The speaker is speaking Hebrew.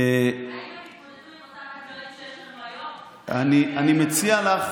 האם הם התמודדו עם אותם אתגרים שיש לנו היום --- אני מציע לך,